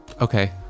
Okay